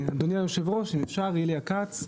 אדוני היושב-ראש, אם אפשר איליה כץ.